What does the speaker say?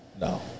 No